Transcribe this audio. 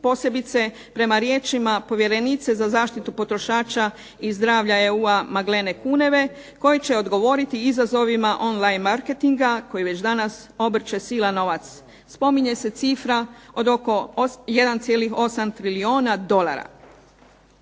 posebice prema riječima povjerenice za zaštitu potrošača i zdravlja EU-a Madlene Kuneve koji će odgovoriti izazovima on line marketinga koji već danas obrće silan novac. Spominje se cifra od oko 1,8 trilijuna dolara.